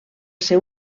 ser